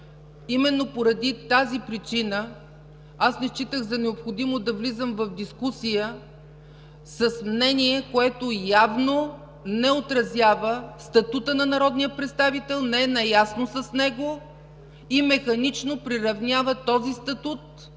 Именно поради тази причина не считах за необходимо да влизам в дискусия с мнение, което явно не отразява статута на народния представител, не е наясно с него и механично приравнява този статут